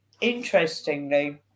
interestingly